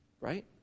right